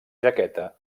jaqueta